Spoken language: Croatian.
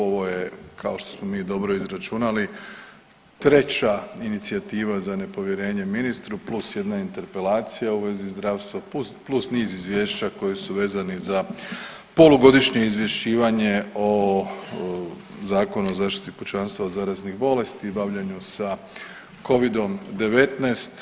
Ovo je kao što smo mi dobro izračunali treća inicijativa za nepovjerenje ministru plus jedna interpelacija u vezi zdravstva, plus niz izvješća koji su vezani za polugodišnje izvješćivanje o Zakonu o zaštiti pučanstva od zaraznih bolesti, bavljenju sa covidom 19.